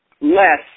less